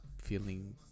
feeling